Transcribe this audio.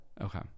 Okay